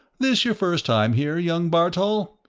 this your first time here, young bartol?